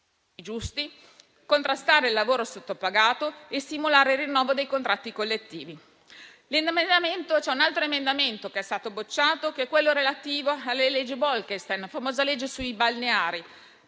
giusti, per contrastare il lavoro sottopagato e stimolare il rinnovo dei contratti collettivi. C'è un altro emendamento che è stato bocciato che è quello relativo alla direttiva Bolkestein, la famosa legge sui balneari.